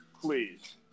Please